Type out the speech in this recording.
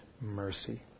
mercy